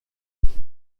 beth